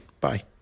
Bye